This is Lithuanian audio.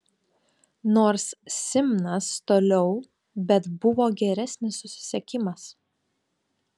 nors simnas toliau bet buvo geresnis susisiekimas